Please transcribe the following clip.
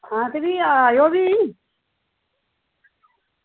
हां ते भी आएओ भी